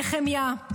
נחמיה,